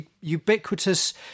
ubiquitous